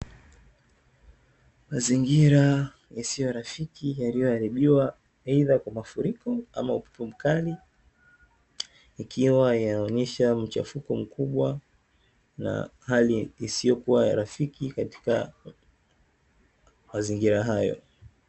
Mazingira yasiyo rafiki yaliyoharibiwa eidha kwa mafuriko ama upepo mkali ikiwa yanaonyesha mchafuko mkubwa na hali isiyokuwa ya rafiki katika mazingira hayo.